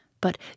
but